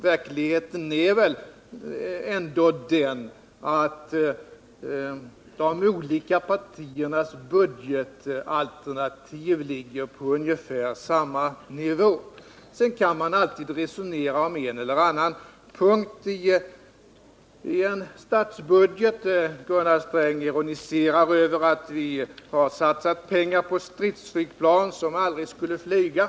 Verkligheten är ju ändå den att de olika partiernas budgetalternativ ligger på ungefär samma nivå. Sedan kan man alltid resonera om en eller annan punkt i en statsbudget. Gunnar Sträng ironiserar över att vi har satsat pengar på stridsflygplan som aldrig skulle flyga.